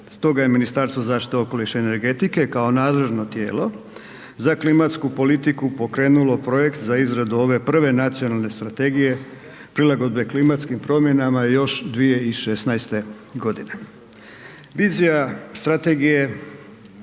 Stoga je Ministarstvo zaštite okoliša i energetike kao nadležno tijelo za klimatsku politiku pokrenulo projekt za izradu ove prve nacionalne strategije prilagodbe klimatskim promjenama još 2016. godine.